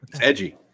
Edgy